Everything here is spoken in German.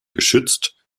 geschützt